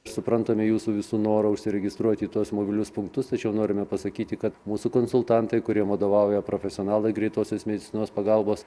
suprantame jūsų visų norą užsiregistruoti į tuos mobilius punktus tačiau norime pasakyti kad mūsų konsultantai kuriem vadovauja profesionalai greitosios medicinos pagalbos